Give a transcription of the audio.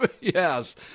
Yes